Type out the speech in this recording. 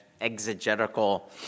exegetical